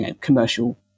commercial